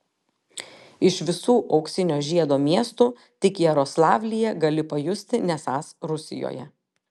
iš visų auksinio žiedo miestų tik jaroslavlyje gali pajusti nesąs rusijoje